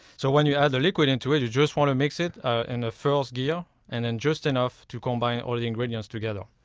so when you add the liquid into it, you just want to mix it in and the first gear and then just enough to combine all the ingredients together.